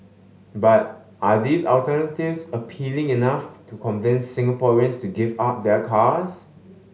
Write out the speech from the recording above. but are these alternatives appealing enough to convince Singaporeans to give up their cars